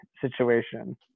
situation